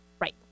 Right